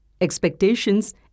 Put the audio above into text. expectations